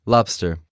Lobster